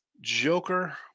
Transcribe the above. Joker